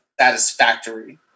satisfactory